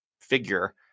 figure